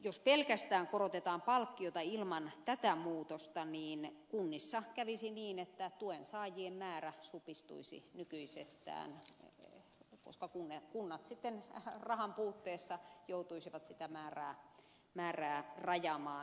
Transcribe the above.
jos pelkästään korotetaan palkkiota ilman tätä muutosta niin kunnissa kävisi niin että tuen saajien määrä supistuisi nykyisestään koska kunnat sitten rahan puutteessa joutuisivat sitä määrää rajaamaan